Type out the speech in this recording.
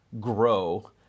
grow